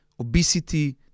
obesity